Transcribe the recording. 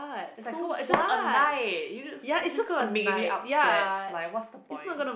it's like so what it's just a night you just you just gonna make me upset like what's the point